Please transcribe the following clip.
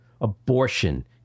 abortion